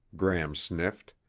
gram sniffed.